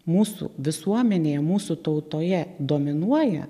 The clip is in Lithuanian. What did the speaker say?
mūsų visuomenėje mūsų tautoje dominuoja